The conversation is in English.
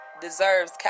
deserves